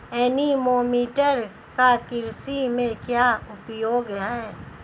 Anemometer का कृषि में क्या उपयोग है?